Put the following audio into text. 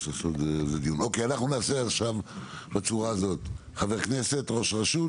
אוקי, עכשיו ניתן רשות דיבור לחבר כנסת, ראש רשות